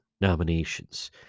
nominations